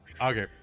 Okay